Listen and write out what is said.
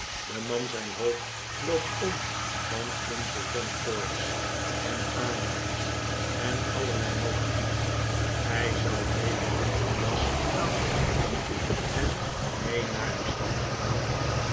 de man zijn hoofd loopt om van insolvent courts en alibi's en allerlei malligheid gij zoudt beter doen uw jas aan te trekken en mee naar de stad te gaan